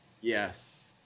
yes